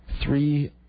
three